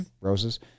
roses